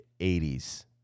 80s